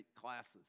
classes